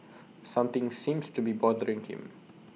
something seems to be bothering him